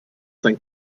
sein